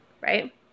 right